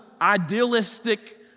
idealistic